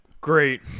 Great